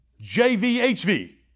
J-V-H-V